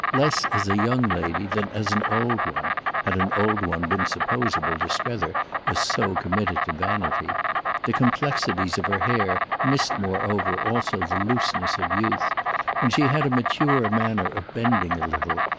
less as a young lady than as an old one had an old one been supposable to strether as so committed to vanity the complexities of her hair missed moreover also the looseness of youth and she had a mature manner of bending a little,